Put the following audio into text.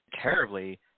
terribly